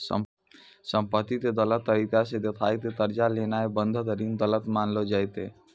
संपत्ति के गलत तरिका से देखाय के कर्जा लेनाय बंधक ऋण गलत मानलो जैतै